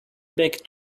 back